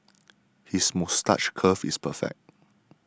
his moustache curl is perfect